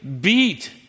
beat